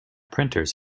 printers